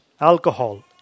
Alcohol